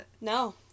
No